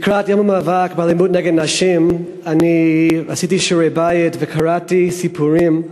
לקראת יום המאבק באלימות נגד נשים אני עשיתי שיעורי בית וקראתי סיפורים,